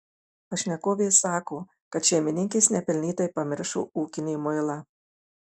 pašnekovė sako kad šeimininkės nepelnytai pamiršo ūkinį muilą